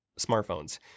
smartphones